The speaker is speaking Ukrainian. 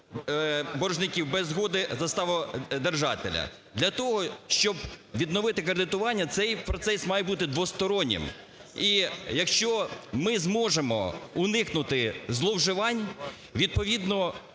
боржників без згоди заставодержателя. Для того, щоб відновити кредитування, цей процес має бути двостороннім. І якщо ми зможемо уникнути зловживань, відповідно